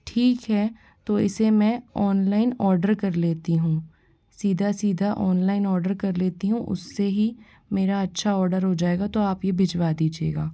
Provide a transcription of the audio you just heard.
ठीक है तो इसे मैं ऑनलाइन ऑर्डर कर लेती हूँ सीधा सीधा ऑनलाइन ऑर्डर कर लेती हूँ उससे ही मेरा अच्छा ऑर्डर हो जाएगा तो आप भिजवा दीजिएगा